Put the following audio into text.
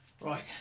Right